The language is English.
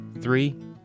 Three